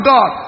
God